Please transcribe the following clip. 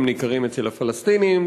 הם ניכרים אצל הפלסטינים,